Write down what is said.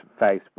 Facebook